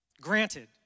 Granted